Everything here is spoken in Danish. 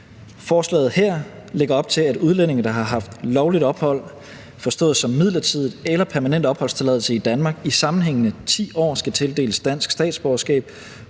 Forslaget her lægger op til, at udlændinge, der har haft lovligt ophold, forstået som midlertidigt eller permanent opholdstilladelse, i Danmark i sammenhængende 10 år, skal tildeles dansk statsborgerskab